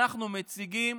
אנחנו מציגים